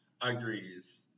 agrees